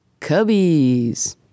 cubbies